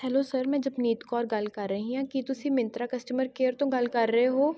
hello sir ਮੈਂ ਜਪਨੀਤ ਕੌਰ ਗੱਲ ਕਰ ਰਹੀ ਹਾਂ ਕੀ ਤੁਸੀਂ ਮਿੰਤਰਾ ਕਸਟਮਰ ਕੇਅਰ ਤੋਂ ਗੱਲ ਕਰ ਰਹੇ ਹੋ